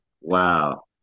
Wow